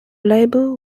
label